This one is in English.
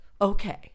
okay